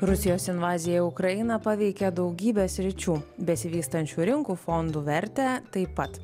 rusijos invazija į ukrainą paveikė daugybės sričių besivystančių rinkų fondų vertę taip pat